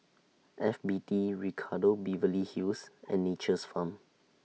F B T Ricardo Beverly Hills and Nature's Farm